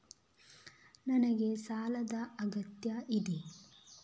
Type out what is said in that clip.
ನನಗೆ ಸಾಲದ ಅಗತ್ಯ ಇದೆ?